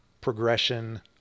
progression